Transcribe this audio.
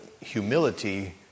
humility